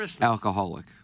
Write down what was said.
Alcoholic